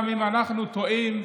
אם אנחנו טועים,